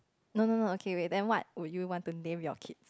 no no no okay wait then what would you want to name your kid